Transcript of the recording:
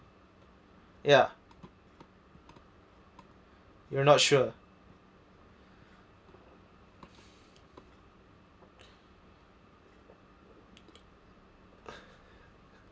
ya you're not sure